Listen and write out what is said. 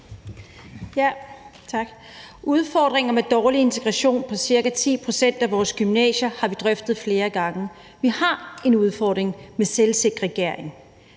Udfordringerne med dårlig integration på ca. 10 pct. af vores gymnasier har vi drøftet flere gange. Vi har en udfordring med selvsegregering;